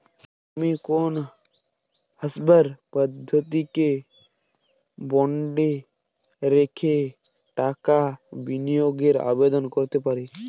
আমি কোন কোন স্থাবর সম্পত্তিকে বন্ডে রেখে টাকা বিনিয়োগের আবেদন করতে পারি?